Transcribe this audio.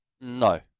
No